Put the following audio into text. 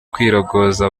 kwirogoza